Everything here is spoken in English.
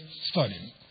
studying